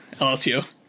LSU